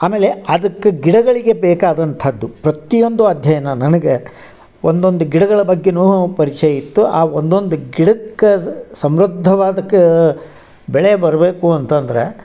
ಆಮೇಲೆ ಅದಕ್ಕ ಗಿಡಗಳಿಗೆ ಬೇಕಾದಂಥದ್ದು ಪ್ರತಿಯೊಂದು ಅಧ್ಯಯನ ನನಗೆ ಒಂದೊಂದು ಗಿಡಗಳ ಬಗ್ಗೆನೂ ಪರಿಚಯ ಇತ್ತು ಆ ಒಂದೊಂದು ಗಿಡಕ್ಕೆ ಸಮೃಧ್ಧವಾದಕಾ ಬೆಳೆ ಬರಬೇಕು ಅಂತಂದರೆ